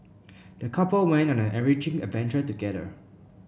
the couple went on an enriching adventure together